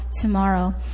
tomorrow